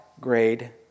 grade